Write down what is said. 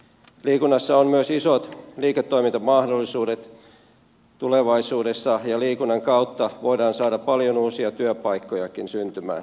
liikunnassa on myös isot liiketoimintamahdollisuudet tulevaisuudessa ja liikunnan kautta voidaan saada paljon uusia työpaikkojakin syntymään